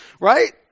Right